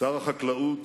שר החקלאות